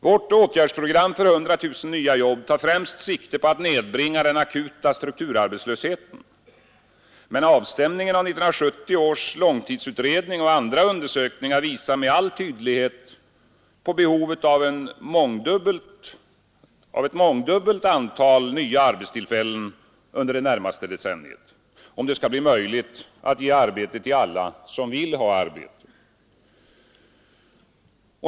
Vårt åtgärdsprogram för 100 000 nya jobb tar främst sikte på att nedbringa den akuta strukturarbetslösheten. Men avstämningen av 1970 års långtidsutredning och andra undersökningar visar med all tydlighet på behovet av ett mångdubbelt antal nya arbetstillfällen under det närmaste decenniet, om det skall bli möjligt att ge arbete till alla som vill ha arbete.